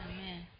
Amen